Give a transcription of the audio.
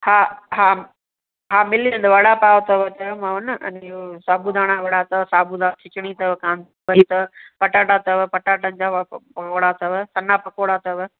हा हा हा मिली वेंदव वड़ा पाव अथव चयामांव न हांजी उहो साबूदाना वड़ा अथव साबूदाना खिचड़ी अथव पटाटा अथव पटाटनि जा वड़ा अथव सन्हा पकोड़ा अथव